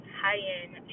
high-end